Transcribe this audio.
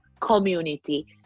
community